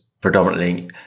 predominantly